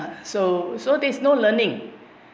so so there's no learning